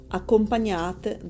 accompagnate